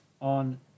on